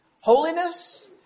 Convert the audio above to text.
holiness